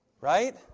right